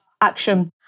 action